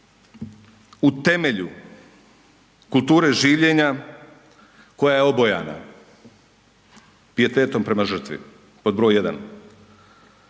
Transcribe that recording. u temelju kulture življenja koja je obojana pijetetom prema žrtvi, pod broj 1.